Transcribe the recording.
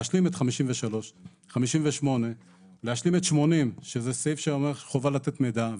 להשלים את 53. 58. להשלים את 80 שזה סעיף שאומר חובה לתת מידע.